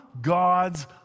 God's